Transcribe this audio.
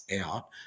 out